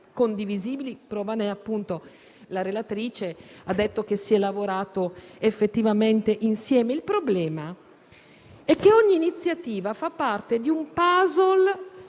condivisibili e la prova è ciò che ha detto la relatrice, ovvero che si è lavorato effettivamente insieme. Il problema è che ogni iniziativa fa parte di un *puzzle*